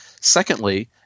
Secondly